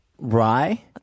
Rye